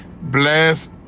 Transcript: Bless